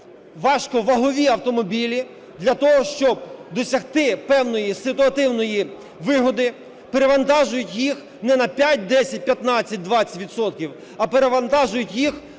важковагові автомобілі для того, щоб досягти певної ситуативної вигоди, перевантажують їх не на 5, 10, 15, 20 відсотків, а перевантажують їх майже в два рази.